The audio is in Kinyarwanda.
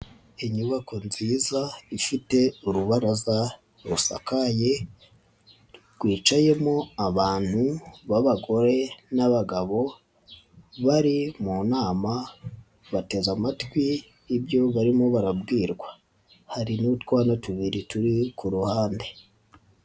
Inyubako nziza ifite urubaraza rusakaye rwicayemo abantu b'abagore n'abagabo bari mu nama bateze amatwi ibyo barimo barabwirwa, hari n'utwana tubiri turi ku ruhande.